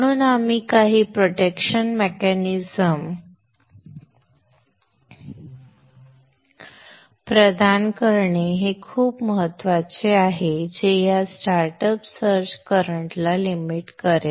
म्हणून आपण काही प्रोटेक्शन मेकॅनिझम प्रदान करणे खूप महत्वाचे आहे जे या स्टार्टअप सर्ज करंट ला लिमिट करेल